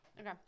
Okay